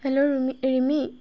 hello Rimi